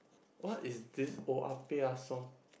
what is this oya-beh-ya-som